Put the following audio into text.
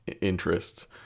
interests